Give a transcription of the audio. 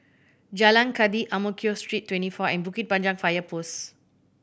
Jalan Kathi Ang Mo Kio Street Twenty four and Bukit Panjang Fire Post